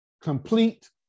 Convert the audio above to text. complete